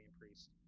priest